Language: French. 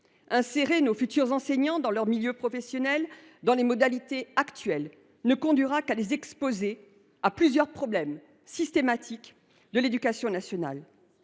Insérer nos futurs enseignants dans leur milieu professionnel selon les modalités actuelles ne conduira qu’à les exposer à plusieurs problèmes systémiques de l’éducation nationale